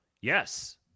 Yes